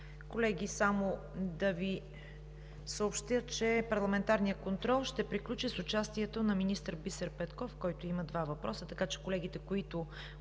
Колеги, само да Ви съобщя, че парламентарният контрол ще приключи с участието на министър Бисер Петков, към който има два въпроса, така че колегите, които